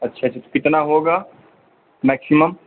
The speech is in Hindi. अच्छा अच्छा कितना होगा मैक्सिमम